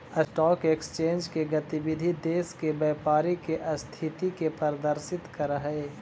stock exchange के गतिविधि देश के व्यापारी के स्थिति के प्रदर्शित करऽ हइ